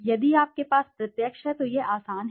यदि आपके पास प्रत्यक्ष है तो यह आसान है